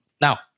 Now-